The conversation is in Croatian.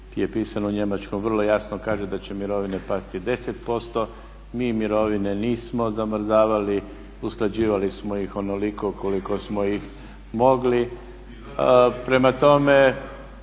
je pisan u Njemačkoj vrlo jasno kaže da će mirovine pasti 10%. Mi mirovine nismo zamrzavali, usklađivali smo ih onoliko koliko smo ih mogli. Prema tome,